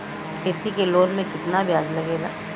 खेती के लोन में कितना ब्याज लगेला?